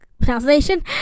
pronunciation